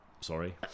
sorry